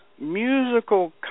musical